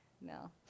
no